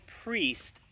priest